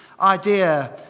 idea